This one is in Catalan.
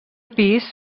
pis